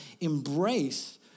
embrace